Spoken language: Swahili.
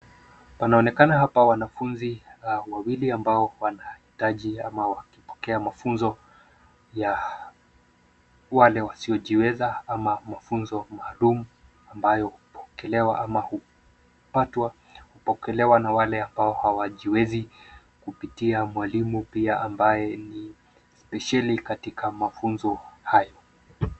Kunaonekana hapa wanafunzi wawili ambao wanahitaji au wakipokea mafunzo ya wale wasiojiweza ama mafunzo maalum ambayo hupokelewa au hupatwa kupokelewa na wale ambao hawajiwezi kupitia mwalimu pia ambaye ni spesheli katika mafunzo hayo.